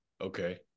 okay